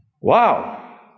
Wow